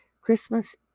christmas